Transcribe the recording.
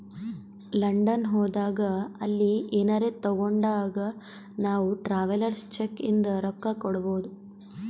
London ಹೋದಾಗ ಅಲ್ಲಿ ಏನರೆ ತಾಗೊಂಡಾಗ್ ನಾವ್ ಟ್ರಾವೆಲರ್ಸ್ ಚೆಕ್ ಇಂದ ರೊಕ್ಕಾ ಕೊಡ್ಬೋದ್